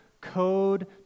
Code